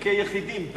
כיחידים.